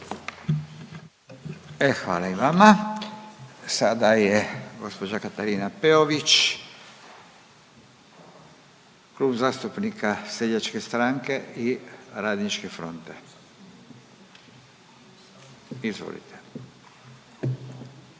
hvala i vama. Sada je gospođa Katarina Peović, Klub zastupnika Seljačke stranke i Radničke fronte. Izvolite.